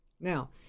Now